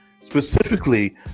specifically